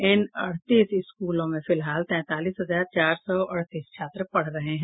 इन अड़तीस स्कूलों में फिलहाल तैंतालीस हजार चार सौ अड़तीस छात्र पढ़ रहे हैं